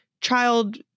child